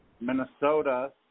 Minnesota